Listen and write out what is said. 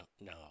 no